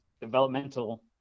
developmental